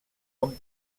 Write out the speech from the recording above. com